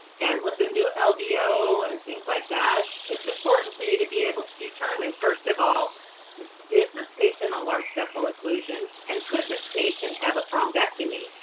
and with the new lvo and things like that, it's important for you to be able to determine first of all, is this patient a large vessel occlusion, and could this patient have a thrombectomy?